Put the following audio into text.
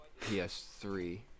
PS3